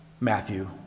Matthew